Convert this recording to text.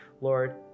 Lord